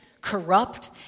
corrupt